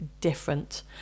different